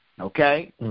okay